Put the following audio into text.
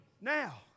now